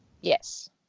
Yes